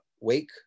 wake